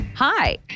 Hi